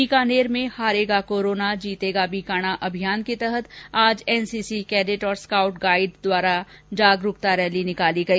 बीकानेर में हारेगा कोरोना जीतेगा बीकाणा अभियान के तहत आज एनसीसी कैडेट और स्काउट स्काउट गाइड द्वारा जागरूकता रैली निकाली गई